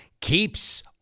Keeps